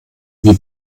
wie